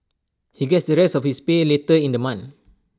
he gets the rest of his pay later in the month